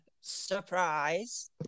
surprise